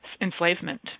enslavement